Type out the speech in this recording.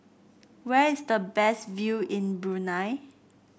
where is the best view in Brunei